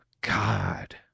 God